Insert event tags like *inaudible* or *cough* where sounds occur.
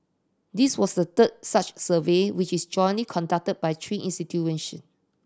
this was the third such survey which is jointly conducted by three *unintelligible*